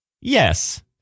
Yes